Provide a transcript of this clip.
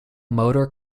motor